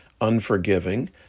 Unforgiving